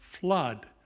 flood